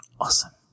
Awesome